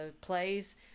plays